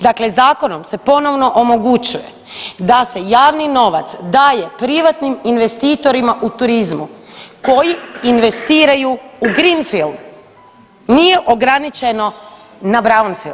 Dakle, zakonom se ponovno omogućuje da se javni novac daje privatnim investitorima u turizmu koji investiraju u greenfield, nije ograničeno na brownfield.